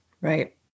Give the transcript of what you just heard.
right